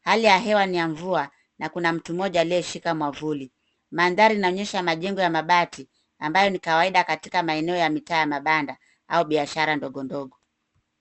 Hali ya hewa ni ya mvua na kuna mtu mmoja aliyeshika mwavuli. Mandhari inaonyesha majengo ya mabati ambayo ni kawaida katika maeneo ya mitaa ya mabanda au biashara dogo dogo.